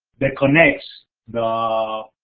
that connect the